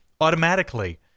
automatically